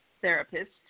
therapist